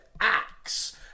axe